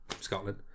Scotland